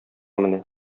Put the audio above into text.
менә